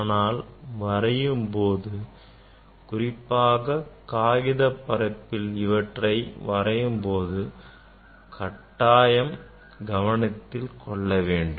ஆனால் வரையும் போது குறிப்பாக நாம் காகித பரப்பில் இவற்றை வரையும் போது கட்டாயம் கவனத்தில் கொள்ள வேண்டும்